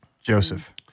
Joseph